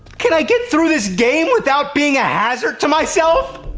can i get through this game without being a hazard to myself?